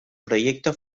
proyecto